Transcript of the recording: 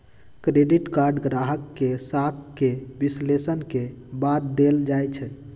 credit card गाहक के साख के विश्लेषण के बाद देल जाइ छइ